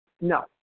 No